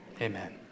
Amen